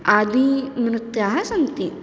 आदि नृत्याः सन्ति